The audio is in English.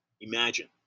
imagine